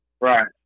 Right